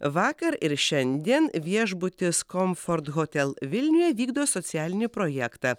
vakar ir šiandien viešbutis komfort hotel vilniuje vykdo socialinį projektą